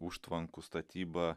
užtvankų statybą